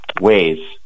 ways